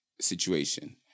situation